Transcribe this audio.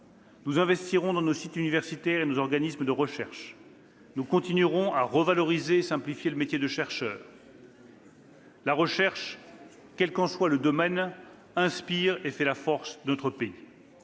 Nous investirons dans nos sites universitaires et nos organismes de recherche. Nous continuerons à revaloriser et à simplifier le métier de chercheur. « La recherche, quel qu'en soit le domaine, inspire et fait la force de notre pays.